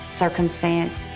circumstance,